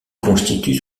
constituent